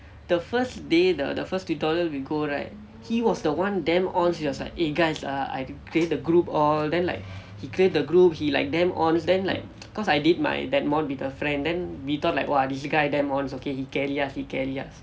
the first day the the first tutorial we go right he was the one damn onz he was like eh guys err I create the group all then like he create the group he like damn onz then like cause I did my that mod with a friend then we thought like !wah! this guy damn on okay he carry us he carry us